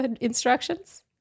instructions